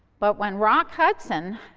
but when rock hudson,